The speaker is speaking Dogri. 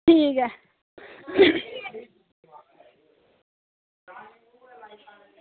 ठीक ऐ